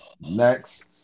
Next